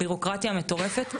הביורוקרטיה המטורפת.